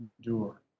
Endure